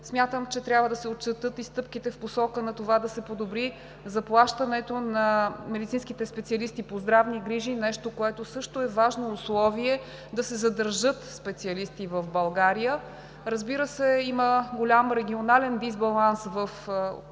Смятам, че трябва да се отчетат и стъпките в посока на това да се подобри заплащането на медицинските специалисти по здравни грижи, нещо, което също е важно условие да се задържат специалистите в България. Разбира се, има голям регионален дисбаланс в